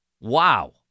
wow